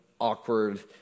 awkward